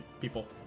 people